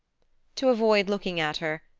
to avoid looking at her,